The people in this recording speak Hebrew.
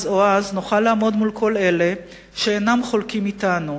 או אז נוכל לעמוד מול אלה שאינם חולקים אתנו,